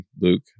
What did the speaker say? Luke